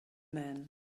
man